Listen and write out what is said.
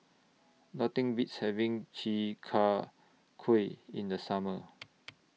Nothing Beats having Chi Kak Kuih in The Summer